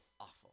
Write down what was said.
Awful